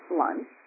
lunch